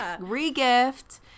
re-gift